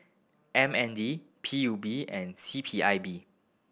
M N D P U B and C P I B